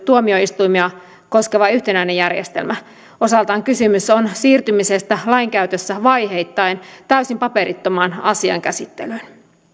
tuomioistuimia koskeva yhtenäinen järjestelmä osaltaan kysymys on siirtymisestä lainkäytössä vaiheittain täysin paperittomaan asiankäsittelyyn